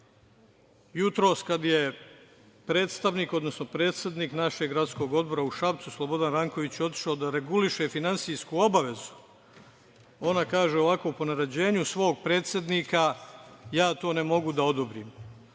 jutros kada je predstavnik, odnosno predsednik našeg gradskog odbora u Šapcu, Slobodan Ranković otišao da reguliše finansijsku obavezu, ona kaže ovako – po naređenju svog predsednika ja to ne mogu da odobrim. Samo